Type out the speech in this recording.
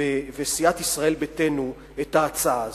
וסיעת ישראל ביתנו את ההצעה הזאת,